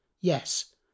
Yes